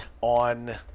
on